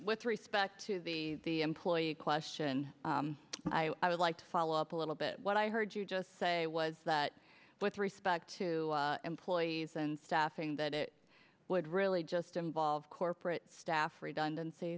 with respect to the employee question i would like to follow up a little bit what i heard you just say was that with respect to employees and staffing that it would really just involve corporate staff redundanc